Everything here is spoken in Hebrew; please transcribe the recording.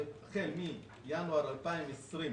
וכן, מינואר 2020,